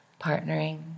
partnering